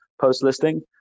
post-listing